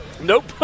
Nope